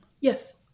Yes